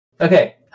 Okay